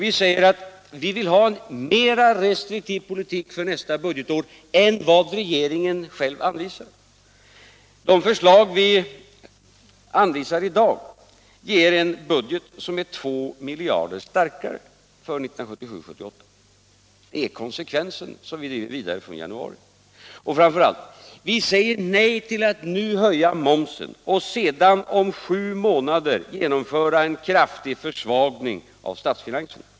Vi säger att vi vill ha en mer restriktiv budgetpolitik för nästa år än regeringen själv redovisar. De förslag vi lägger fram i dag ger en budget för 1977/78 som är 2 miljarder starkare än regeringens. Vi fortsätter att driva den konsekventa linje som vi började arbeta efter i januari. Och framför allt: Vi säger nej till att nu höja momsen och sedan, om sju månader, genomföra en kraftig försvagning av statsfinanserna.